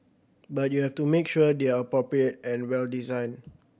but you have to make sure they're appropriate and well designed